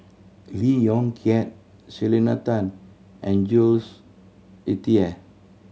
Lee Yong Kiat Selena Tan and Jules Itier